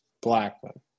Blackman